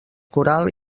coral